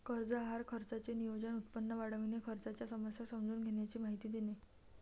कर्ज आहार खर्चाचे नियोजन, उत्पन्न वाढविणे, खर्चाच्या समस्या समजून घेण्याची माहिती देणे